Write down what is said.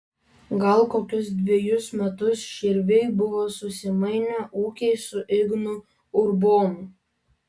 gal kokius dvejus metus širviai buvo susimainę ūkiais su ignu urbonu